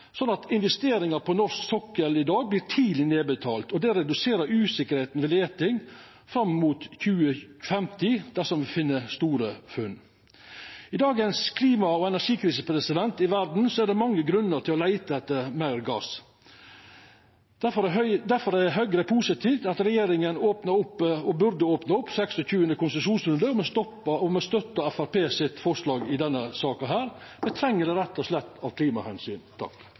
at investeringar på norsk sokkel i dag blir tidleg nedbetalt. Det reduserer usikkerheita ved leiting fram mot 2050 dersom me gjer store funn. I dagens klima- og energikrise i verda er det mange grunnar til å leita etter meir gass. Difor er Høgre positiv til at regjeringa burde opna opp 26. konsesjonsrunde, og me støttar Framstegspartiets forslag i denne saka. Me treng det rett og slett av